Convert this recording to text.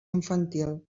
infantil